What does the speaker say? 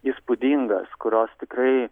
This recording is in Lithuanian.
įspūdingas kurios tikrai